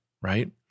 right